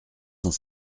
cent